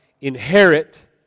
inherit